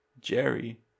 Jerry